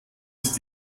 ist